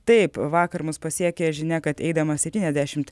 taip vakar mus pasiekė žinia kad eidamas septyniasdešimt